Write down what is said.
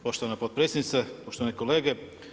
Poštovana potpredsjednice, poštovane kolege.